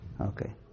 Okay